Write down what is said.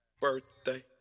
Birthday